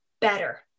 better